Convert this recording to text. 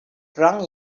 drunk